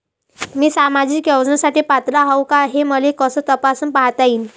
मी सामाजिक योजनेसाठी पात्र आहो का, हे मले कस तपासून पायता येईन?